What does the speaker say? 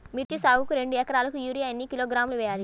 మిర్చి సాగుకు రెండు ఏకరాలకు యూరియా ఏన్ని కిలోగ్రాములు వేయాలి?